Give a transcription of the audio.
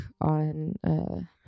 on